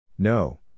No